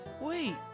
Wait